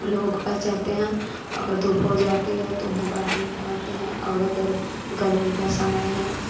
उन लोगों के पास जाते हैं अगर धूप हो जाती है तो उन्हें बाहर निकालते हैं और अगर गरमी का समय है